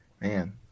Man